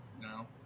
no